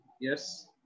Yes